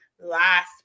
last